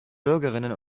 bürgerinnen